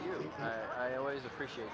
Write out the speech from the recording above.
you i always appreciate